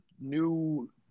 new